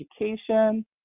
education